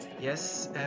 Yes